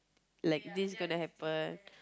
like this gonna happen